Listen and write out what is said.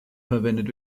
verwendet